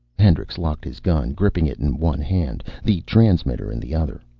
hendricks locked his gun, gripping it in one hand, the transmitter in the other.